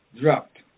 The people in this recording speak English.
dropped